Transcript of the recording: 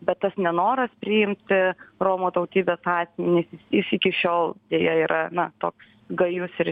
bet tas nenoras priimti romų tautybės asmenis jis iki šiol deja yra na toks gajus ir